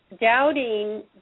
doubting